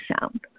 sound